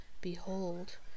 behold